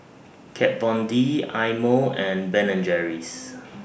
Kat Von D Eye Mo and Ben and Jerry's